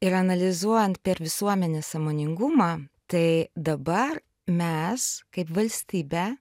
ir analizuojant per visuomenės sąmoningumą tai dabar mes kaip valstybė